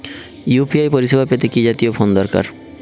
UPI পরিসেবা পেতে কি জাতীয় ফোন দরকার?